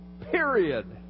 Period